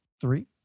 three